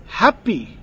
happy